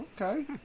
okay